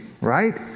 right